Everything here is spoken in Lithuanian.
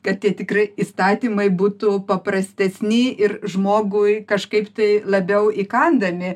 kad tie tikri įstatymai būtų paprastesni ir žmogui kažkaip tai labiau įkandami